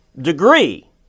Degree